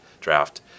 draft